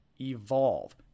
Evolve